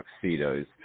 tuxedos